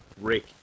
Rick